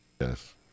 Yes